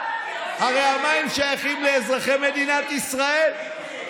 הרי המים שייכים לאזרחי מדינת ישראל.